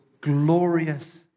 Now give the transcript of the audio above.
glorious